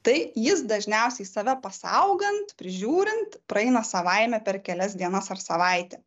tai jis dažniausiai save pasaugant prižiūrint praeina savaime per kelias dienas ar savaitę